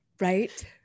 Right